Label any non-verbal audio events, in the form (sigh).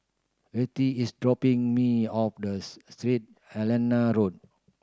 Vertie is dropping me off (unintelligible) Saint Helena Road